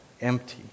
empty